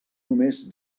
només